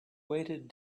weighted